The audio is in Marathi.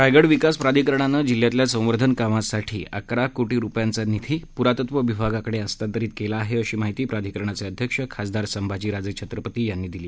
रायगड विकास प्राधिकरणानं जिल्ह्यातल्या संवर्धन कामांसाठी अकरा कोटी रुपयांचा निधी प्रातत्त्व विभागाकडे हस्तांतरित केला आहे अशी माहिती प्राधिकरणाचे अध्यक्ष खासदार संभाजी राजे छत्रपती यांनी ही माहिती दिली